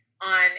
on